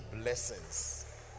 blessings